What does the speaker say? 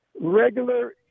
regular